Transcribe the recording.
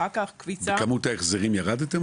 בכמות ההחזרים ירדתם?